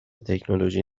تکنولوژی